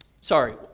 sorry